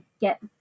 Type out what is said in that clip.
get